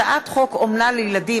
הצעת חוק אומנה לילדים,